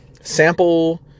Sample